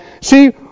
See